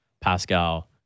pascal